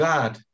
God